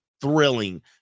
thrilling